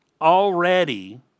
already